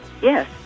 Yes